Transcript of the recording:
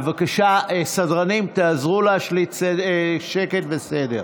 בבקשה, סדרנים, תעזרו להשליט שקט וסדר.